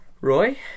Roy